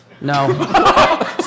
No